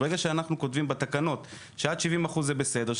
ברגע שאנחנו כותבים בתקנות שעד 70 אחוז זה בסדר,